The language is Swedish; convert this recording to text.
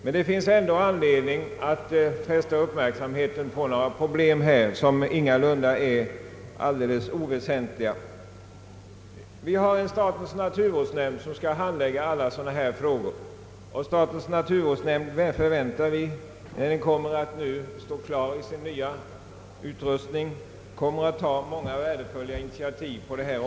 Det finns emellertid ändå anledning att fästa uppmärksamheten på några hithörande problem, som ingalunda är alldeles oväsentliga. Vi har en statens naturvårdsnämnd som skall handlägga alla dessa frågor. Av statens naturvårdsnämnd förväntar vi att nämnden, när den står klar i sin nya utrustning, skall ta många goda initiativ.